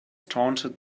taunted